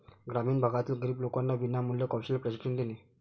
ग्रामीण भागातील गरीब लोकांना विनामूल्य कौशल्य प्रशिक्षण देणे